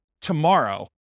tomorrow